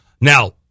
Now